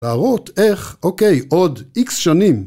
‫להראות איך, אוקיי, עוד איקס שנים.